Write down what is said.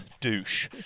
douche